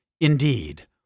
Indeed